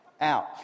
out